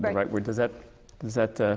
but write word. does that does that ah